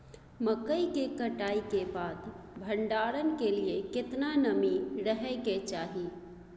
मकई के कटाई के बाद भंडारन के लिए केतना नमी रहै के चाही?